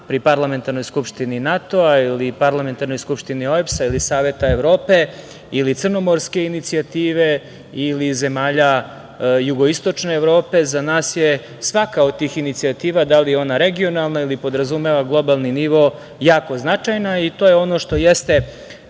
pri Parlamentarnoj skupštini NATO-a ili Parlamentarnoj skupštini OEBS-a ili Saveta Evrope ili Crnomorske inicijative ili zemalja jugoistočne Evrope, za nas je svaka od tih inicijativa, da li ona regionalna ili podrazumeva globalni nivo, jako značajna i to je ono što jeste